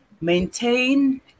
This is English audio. maintain